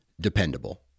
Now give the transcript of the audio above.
dependable